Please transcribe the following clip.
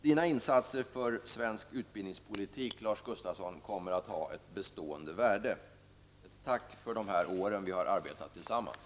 Dina insatser för svensk utbildningspolitik, Lars Gustafsson, kommer att ha ett bestående värde. Tack för de här åren som vi har arbetat tillsammans!